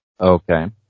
Okay